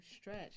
stretch